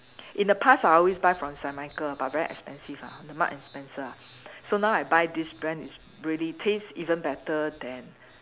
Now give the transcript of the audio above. in the past I always buy from Saint Michael but very expensive ah the Marks and Spencer ah so now I buy this brand is really taste even better than